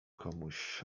komuś